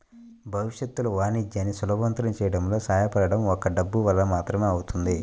భవిష్యత్తులో వాణిజ్యాన్ని సులభతరం చేయడంలో సహాయపడటం ఒక్క డబ్బు వలన మాత్రమే అవుతుంది